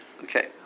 Okay